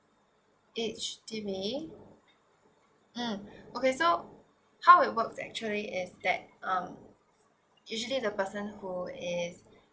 H_D_B mm okay so how it works actually is that um usually the person who is